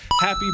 Happy